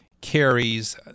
carries